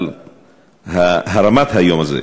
על הרמת היום הזה.